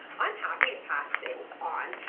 i'm happy to pass things on.